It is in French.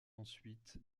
ensuite